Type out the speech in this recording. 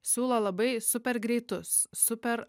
siūlo labai super greitus super